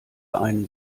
einen